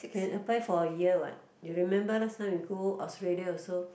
can apply for a year what you remember last time we go Australia also